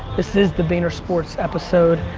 this is the vaynersports episode.